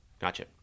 Gotcha